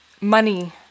money